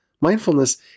Mindfulness